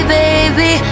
baby